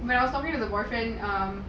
when I was talking to the boyfriend um